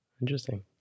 interesting